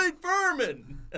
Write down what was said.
Furman